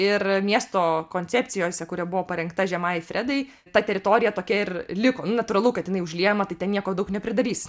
ir miesto koncepcijose kurie buvo parengta žemąjai fredai ta teritorija tokia ir liko nu natūralu kad jinai užliejama tai ten nieko daug nepridarysi